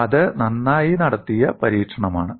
അത് നന്നായി നടത്തിയ പരീക്ഷണമാണ്